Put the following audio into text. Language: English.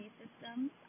systems